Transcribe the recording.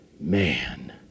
man